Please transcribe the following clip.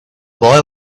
boy